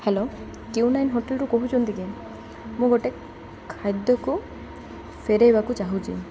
hello Q nine ହୋଟେଲ୍ରୁ କହୁଛନ୍ତି କି ମୁଁ ଗୋଟେ ଖାଦ୍ୟକୁ ଫେରେଇବାକୁ ଚାହୁଁଛି